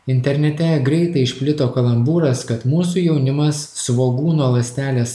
internete greitai išplito kalambūras kad mūsų jaunimas svogūno ląstelės